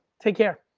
take care.